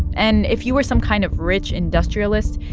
and if you were some kind of rich industrialist,